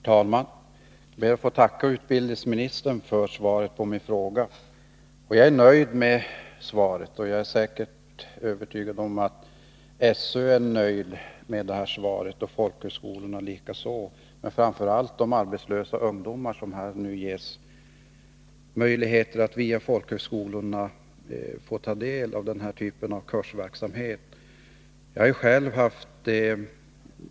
Torsdagen den Re talman! Jag ber att få tacka utbildningsministern för svaret på min ga. 17 mars 1983 5 Jag är nöjd med svaret. Jag är övertygad om att också skolöverstyrelsen är Om förslaget till nöjd med svaret liksom folkhögskolorna, men framför allt de arbetslösa ny tjänsteungdomar som nu ges möjligheter att via folkhögskolorna få ta del av den här organisation inom typen av kursverksamhet.